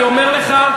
אני אומר לך,